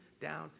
down